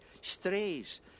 strays